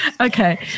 Okay